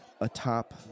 atop